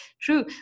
true